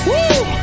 Woo